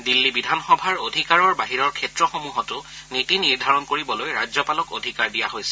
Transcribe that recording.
দিল্লী বিধানসভাৰ অধিকাৰৰ বাহিৰৰ ক্ষেত্ৰসমূহতো নীতি নিৰ্ধাৰণ কৰিবলৈ ৰাজ্যপালক অধিকাৰ দিয়া হৈছে